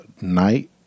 night